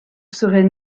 serait